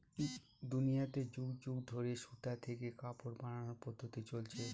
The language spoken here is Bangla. দুনিয়াতে যুগ যুগ ধরে সুতা থেকে কাপড় বানানোর পদ্ধপ্তি চলছে